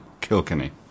Kilkenny